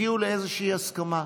הגיעו לאיזושהי הסכמה.